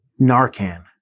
Narcan